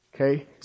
Okay